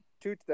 two